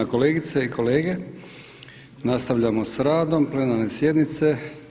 kolegice i kolege, nastavljamo sa radom plenarne sjednice.